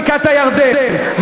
מה הוא אמר על בקעת-הירדן,